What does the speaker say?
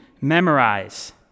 memorize